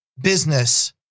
business